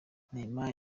neymar